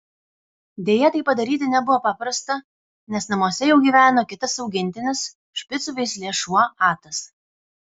deja tai padaryti nebuvo paprasta nes namuose jau gyveno kitas augintinis špicų veislės šuo atas